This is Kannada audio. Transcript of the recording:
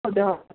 ಹೌದಾ